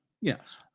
Yes